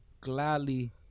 gladly